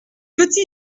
petit